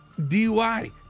DUI